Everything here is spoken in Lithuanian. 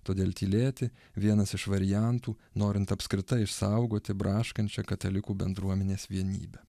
todėl tylėti vienas iš variantų norint apskritai išsaugoti braškančią katalikų bendruomenės vienybę